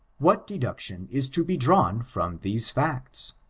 what deduction is to be drawn from these facts?